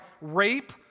rape